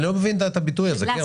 אני לא מבין את הביטוי הזה.